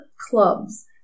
clubs